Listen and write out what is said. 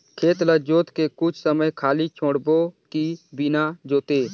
खेत ल जोत के कुछ समय खाली छोड़बो कि बिना जोते?